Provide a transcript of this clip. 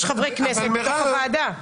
יש חברי כנסת בתוך הוועדה.